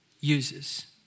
uses